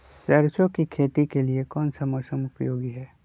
सरसो की खेती के लिए कौन सा मौसम उपयोगी है?